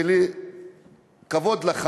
ולכבוד לך,